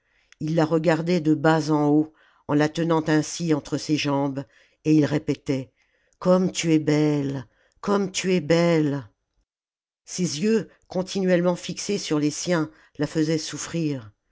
il la regardait de bas en haut en la tenant ainsi entre ses jambes et il répétait comme tu es belle comme tu es belle ses yeux continuellement fixés sur les siens la faisaient souffrir